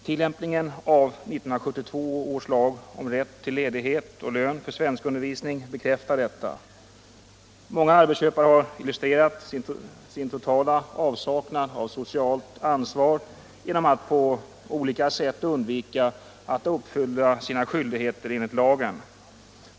Tillämpningen av 1972 års lag om rätt till ledighet och lön vid deltagande i svenskundervisning bekräftar detta. Många arbetsköpare har illustrerat sin totala avsaknad av socialt ansvar genom att på olika sätt undvika att uppfylla sina skyldigheter enligt lagen.